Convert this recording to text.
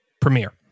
premiere